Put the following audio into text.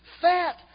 fat